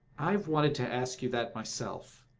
i have wanted to ask you that myself,